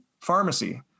pharmacy